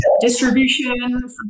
distribution